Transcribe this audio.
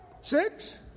Six